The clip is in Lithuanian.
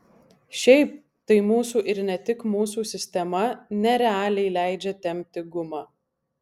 šiaip tai mūsų ir ne tik mūsų sistema nerealiai leidžia tempti gumą